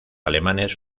alemanes